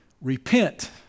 Repent